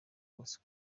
kose